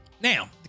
now